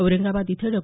औरंगाबाद इथं डॉ